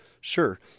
Sure